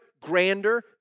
grander